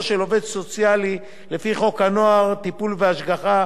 של עובד סוציאלי לפי חוק הנוער (טיפול והשגחה),